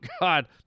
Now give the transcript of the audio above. God